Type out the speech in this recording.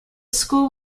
school